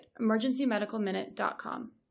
emergencymedicalminute.com